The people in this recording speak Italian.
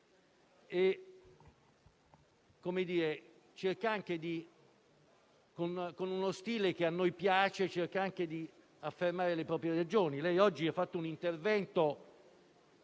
e cerca anche, con uno stile che a noi piace, di affermare le proprie ragioni. Lei oggi ha fatto un intervento